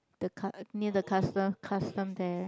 the car near the custom custom there